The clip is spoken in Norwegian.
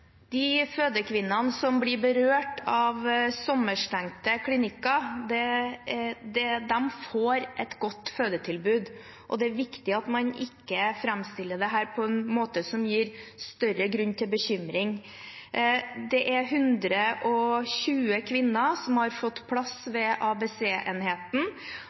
De fødekvinnene som blir berørt av sommerstengte klinikker, får et godt fødetilbud. Det er viktig at man ikke framstiller dette på en måte som gir større grunn til bekymring. 120 kvinner har fått plass